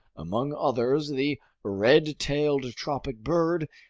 among others the red-tailed tropic bird,